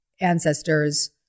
ancestors